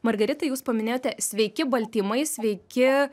margarita jūs paminėjote sveiki baltymai sveiki